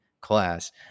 class